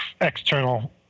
external